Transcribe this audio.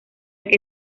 que